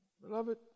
Beloved